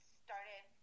started